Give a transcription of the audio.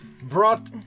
brought